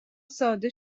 ساده